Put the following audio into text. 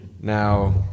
Now